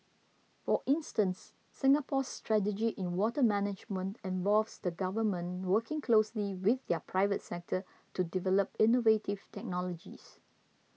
for instance Singapore's strategy in water management involves the Government working closely with the private sector to develop innovative technologies